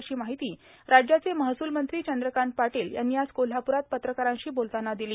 अशी माहिती राज्याचे महसूल मंत्री चंद्रकांत पाटील यांनी आज कोल्हाप्रात पत्रकारांशी बोलताना दिली